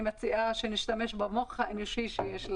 אני מציעה שנשתמש במוח האנושי שיש לנו.